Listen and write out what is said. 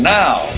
now